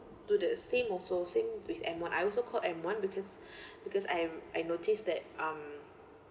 do the same also same with m one I also called m one because because I I noticed that um